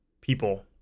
people